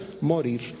morir